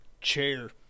chair